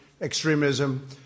extremism